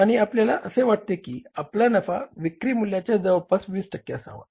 आणि आपल्याला असे वाटते की आपला नफा विक्री मूल्याच्या जवळपास 20 टक्के असावा